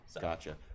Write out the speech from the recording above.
Gotcha